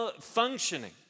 functioning